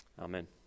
amen